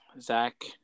Zach